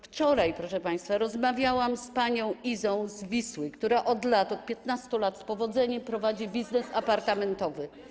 Wczoraj, proszę państwa, rozmawiałam z panią Izą z Wisły, która od 15 lat z powodzeniem prowadzi biznes apartamentowy.